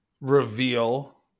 reveal